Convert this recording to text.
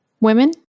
women